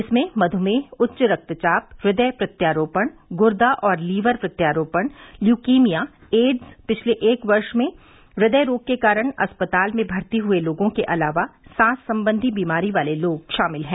इसमें मधुमेह उच्च रक्तचाप हृदय प्रत्यारोपण गुर्दा और लीवर प्रत्यारोपण ल्यूकीमिया एड्स पिछले एक वर्ष में हृदय रोग के कारण अस्पताल में भर्ती हुये लोगों के अलावा सांस संबंधी बीमारी वाले लोग शामिल हैं